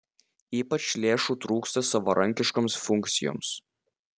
ypač lėšų trūksta savarankiškoms funkcijoms